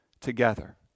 together